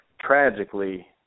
tragically